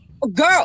girl